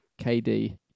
KD